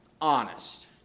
honest